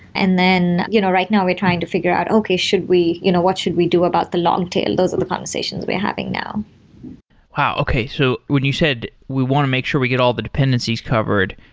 and then you know right now, we're trying to figure out, okay should we you know what should we do about the longtail? those are the conversations we're having now wow. okay, so when you said we want to make sure we get all the dependencies covered,